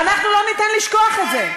ואנחנו לא ניתן לשכוח את זה.